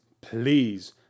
Please